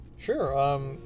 Sure